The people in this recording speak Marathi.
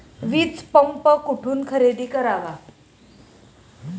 वीजपंप कुठून खरेदी करावा?